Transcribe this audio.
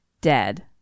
Dead